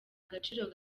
gaciro